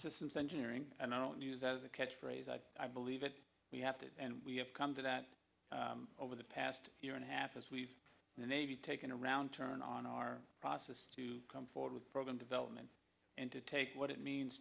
systems engineering and i don't use that as a catchphrase i i believe it we have to and we have come to that over the past year and a half as we've taken around turn on our process to come forward with program development and to take what it means